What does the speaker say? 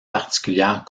particulière